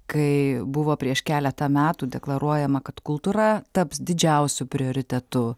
kai buvo prieš keletą metų deklaruojama kad kultūra taps didžiausiu prioritetu